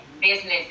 business